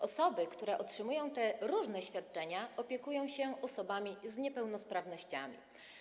Osoby, które otrzymują te różne świadczenia, opiekują się osobami z niepełnosprawnościami.